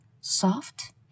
soft